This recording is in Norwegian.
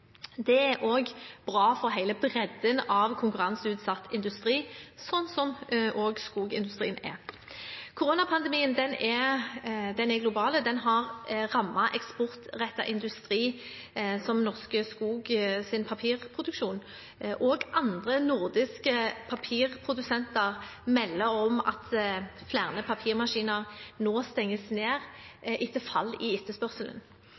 Det er også bra for hele bredden av konkurranseutsatt industri, sånn som også skogindustrien er. Koronapandemien er global. Den har rammet eksportrettet industri, som Norske Skogs papirproduksjon, og andre nordiske papirprodusenter melder om at flere papirmaskiner nå stenges ned etter fall i etterspørselen.